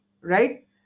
Right